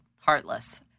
heartless